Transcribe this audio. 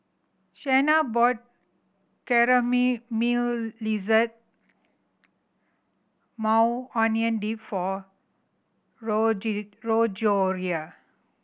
Shenna bought Maui Onion Dip for Gregoria